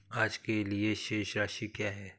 आज के लिए शेष राशि क्या है?